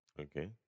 Okay